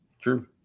true